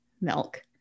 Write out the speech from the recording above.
milk